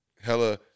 Hella